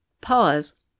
pause